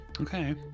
Okay